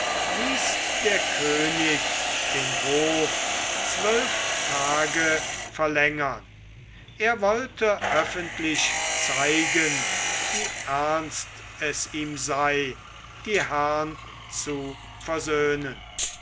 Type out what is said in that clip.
ließ der könig den hof zwölf tage verlängern er wollte öffentlich zeigen wie ernst es ihm sei die herrn zu versöhnen